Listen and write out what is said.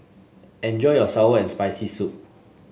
enjoy your sour and Spicy Soup